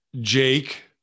Jake